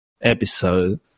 episode